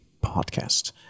Podcast